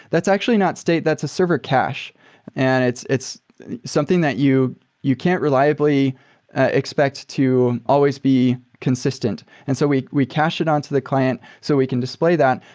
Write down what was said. that's actually not state. that's a server cache and it's it's something that you you can't reliably expect to always be consistent. and so we we cache it on to the client so we can display that,